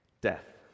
death